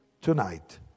tonight